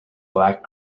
black